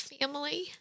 family